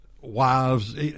wives